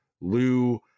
Lou